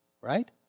right